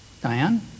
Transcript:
Diane